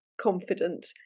confident